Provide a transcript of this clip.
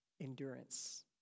endurance